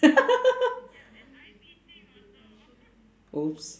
!oops!